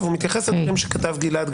אבל הוא מתייחס קודם לדברים שכתב גלעד,